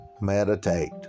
meditate